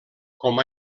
com